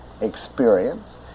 experience